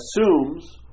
assumes